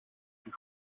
στη